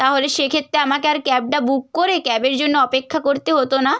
তাহলে সেক্ষেত্রে আমাকে আর ক্যাবটা বুক করে ক্যাবের জন্য অপেক্ষা করতে হতো না